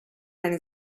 eine